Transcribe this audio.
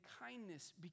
kindness